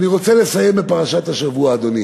אני רוצה לסיים בפרשת השבוע, אדוני,